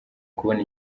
kubona